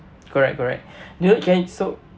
correct correct you know can so